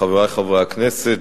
חברי חברי הכנסת,